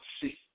see